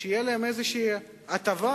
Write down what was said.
תהיה איזו הטבה,